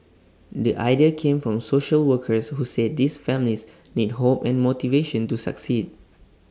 the idea came from social workers who said these families need hope and motivation to succeed